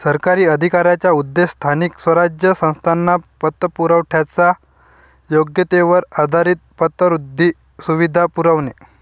सरकारी अधिकाऱ्यांचा उद्देश स्थानिक स्वराज्य संस्थांना पतपुरवठ्याच्या योग्यतेवर आधारित पतवृद्धी सुविधा पुरवणे